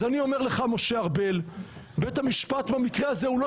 אני אומר לך משה ארבל שבית המשפט במקרה הזה הוא לא